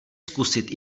zkusit